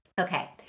Okay